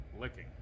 licking